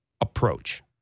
approach